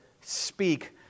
speak